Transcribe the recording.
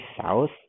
south